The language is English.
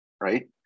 Right